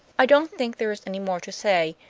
i don't think there is any more to say,